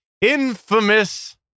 Infamous